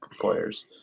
players